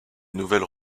nouvelles